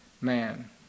man